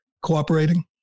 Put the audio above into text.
cooperating